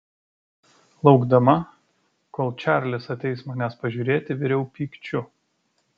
laukdama kol čarlis ateis manęs pažiūrėti viriau pykčiu